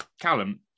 Callum